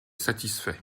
satisfait